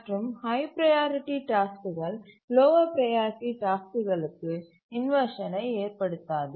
மற்றும் high priority டாஸ்க்குகள் lower priority டாஸ்க்குகளுக்கு இன்வர்ஷனை ஏற்படுத்தாது